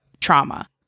trauma